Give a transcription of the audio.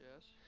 Yes